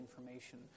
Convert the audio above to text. information